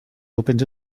opened